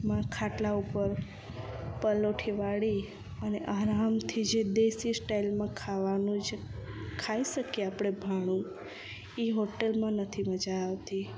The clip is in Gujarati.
ખાટલા ઉપર પલાઠી વાળી અને આરામથી જે દેશી સ્ટાઈલમાં ખાવાનું જે ખાઈ શકીએ આપણે ભાણું એ હોટલમાં નથી મજા આવતી